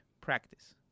Practice